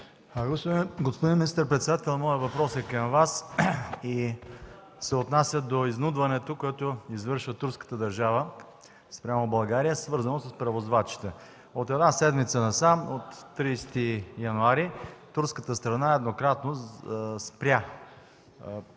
Господин министър-председател, моят въпрос е към Вас и се отнася до изнудването, което извършва турската държава спрямо България, свързано с превозвачите. От една седмица насам – от 30 януари, турската страна еднократно спря преминаването